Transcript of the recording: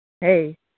Hey